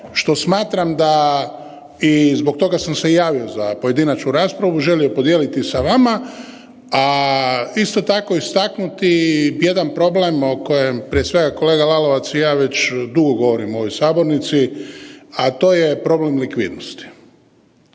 što smatram da i zbog toga sam se i javio za pojedinačnu raspravu i želio podijeliti sa vama, a isto tako istaknuti jedan problem o kojem prije svega kolega Lalovac i ja već dugo govorimo u ovoj sabornici, a to je problem likvidnosti.